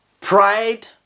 pride